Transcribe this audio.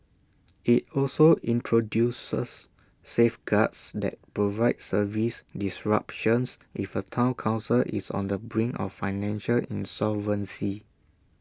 IT also introduces safeguards that provide service disruptions if A Town Council is on the brink of financial insolvency